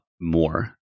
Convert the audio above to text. more